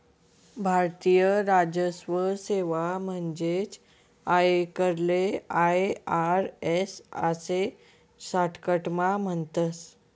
भारतीय राजस्व सेवा म्हणजेच आयकरले आय.आर.एस आशे शाटकटमा म्हणतस